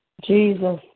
Jesus